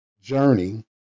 journey